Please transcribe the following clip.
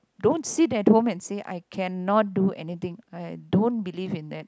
don't sit at home and say I cannot do anything I don't believe in that